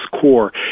core